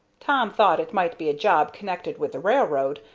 tom thought it might be a job connected with the railroad,